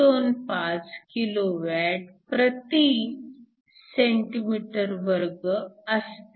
925 kW cm2 असते